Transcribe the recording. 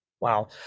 Wow